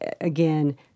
again